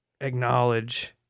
acknowledge